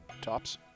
Tops